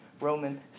Roman